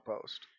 post